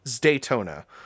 Daytona